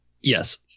Yes